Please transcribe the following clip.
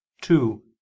Two